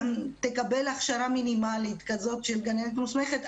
תקבל הכשרה מינימלית של גננת מוסמכת.